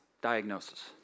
diagnosis